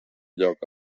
lloc